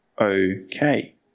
okay